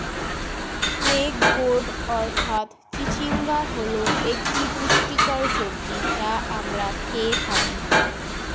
snake gourd অর্থাৎ চিচিঙ্গা হল একটি পুষ্টিকর সবজি যা আমরা খেয়ে থাকি